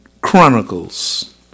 Chronicles